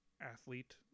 athlete